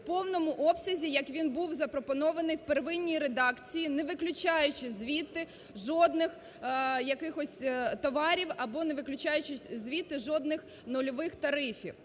в повному обсязі, як він був запропонований в первинній редакції не виключаючи звідти жодних якихось товарів, або не виключаючи звідти жодних нульових тарифів.